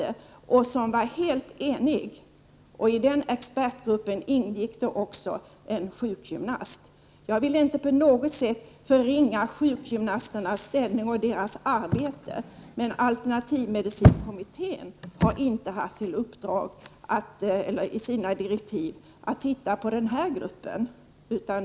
Expertgruppen var helt enig, och där ingick också en sjukgymnast. Jag vill inte på något sätt förringa sjukgymnasternas arbete, men alternativmedicinkommittén har i sina direktiv inte haft att se på den gruppen.